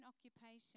occupation